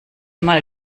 mal